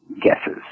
guesses